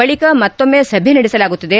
ಬಳಕ ಮತ್ತೊಮ್ನ ಸಭೆ ನಡೆಸಲಾಗುತ್ತದೆ